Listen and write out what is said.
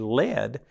led